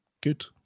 good